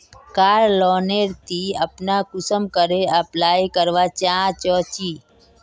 कार loan नेर ती अपना कुंसम करे अप्लाई करवा चाँ चची?